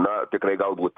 na tikrai galbūt